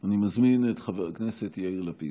אני מזמין את חבר הכנסת יאיר לפיד.